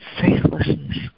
faithlessness